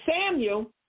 Samuel